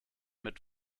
mit